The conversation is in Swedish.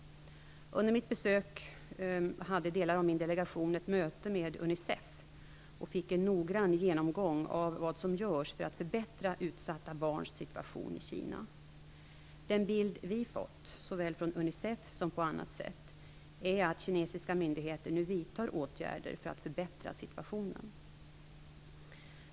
Under mitt besök hade delar av min delegation ett möte med Unicef och fick en noggrann genomgång av vad som görs för att förbättra utsatta barns situation i Kina. Den bild vi fått, såväl från Unicef som på annat sätt, är att kinesiska myndigheter nu vidtar åtgärder för att förbättra situationen.